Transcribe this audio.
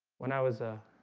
when i was a